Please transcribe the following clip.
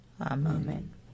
Amen